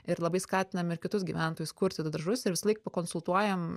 ir labai skatinam ir kitus gyventojus kurti du daržus ir visąlaik pakonsultuojam